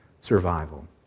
survival